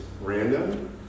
random